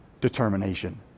determination